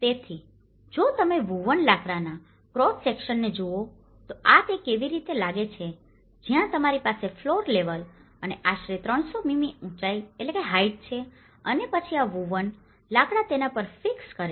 તેથી જો તમે વુવન લાકડાના ક્રોસ સેક્શનને જુઓ તો આ તે કેવી રીતે લાગે છે જ્યાં તમારી પાસે ફ્લોર લેવલ અને આશરે 300 મીમી ઉંચાઈ છે અને પછી આ વુવન લાકડા તેના પર ફિક્સ કરે છે